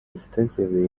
extensively